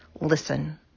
listen